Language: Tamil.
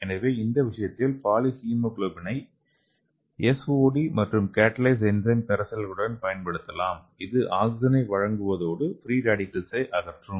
எனவே இந்த விஷயத்தில் பாலி ஹீமோகுளோபினை எஸ்ஓடி மற்றும் கேடலேஸ் என்சைம் கரைசல்களுடன் பயன்படுத்தலாம் இது ஆக்ஸிஜனை வழங்குவதோடு ஃப்ரீ ரேடிக்கல்களை அகற்றும்